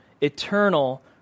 eternal